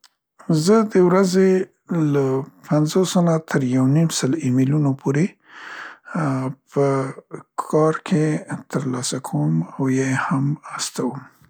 زه د ورځې له پینځوسو نه تریو نیم سلو ایمیلونو پورې، ا، په کار کې تر لاسه کوم او یا یې هم ستوم.